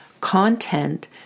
Content